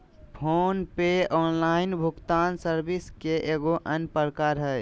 phone पे online भुगतान service के एगो अन्य प्रकार हय